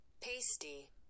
Pasty